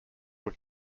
were